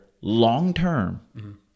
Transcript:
Long-term